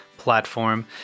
platform